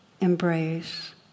embrace